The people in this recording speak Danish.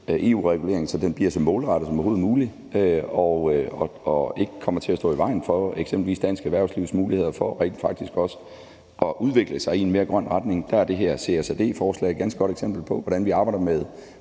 EU-reguleringen, så den bliver så målrettet som overhovedet muligt og ikke kommer til at stå i vejen for eksempelvis dansk erhvervslivs muligheder for rent faktisk også at udvikle sig i en mere grøn retning. Der er det CSRD-forslag et ganske godt eksempel på, hvordan vi arbejder med